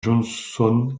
johnson